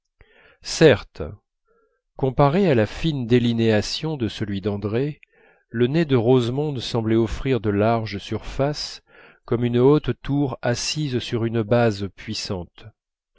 certes comparé à la fine délinéation de celui d'andrée le nez de rosemonde semblait offrir de larges surfaces comme une haute tour assise sur une base puissante